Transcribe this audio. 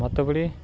மற்றபடி